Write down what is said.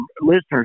listeners